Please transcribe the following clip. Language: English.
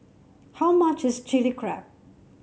how much is Chilli Crab